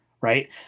Right